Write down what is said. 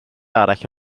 arall